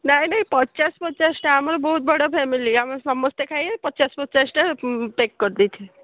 ନାଇଁ ନାଇଁ ପଚାଶ ପଚାଶଟା ଆମର ବହୁତ ବଡ଼ ଫ୍ୟାମିଲି ଆମର ସମସ୍ତେ ଖାଇବେ ପଚାଶ ପଚାଶଟା ପେକ୍ କରିଦେଇଥିବେ